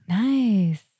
Nice